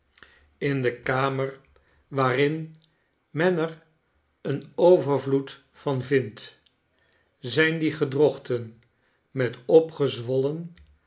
voorgesteld inde kamer waarin men er een overvloed van vindt zijn die gedrochten met opgezwollen